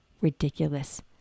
Ridiculous